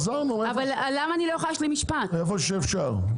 עזרנו איפה שאפשר.